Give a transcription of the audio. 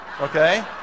Okay